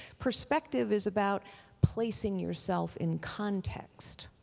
perspective is about placing yourself in context.